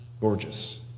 gorgeous